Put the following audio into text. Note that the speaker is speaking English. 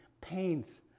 pains